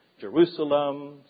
Jerusalem